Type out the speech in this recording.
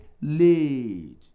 laid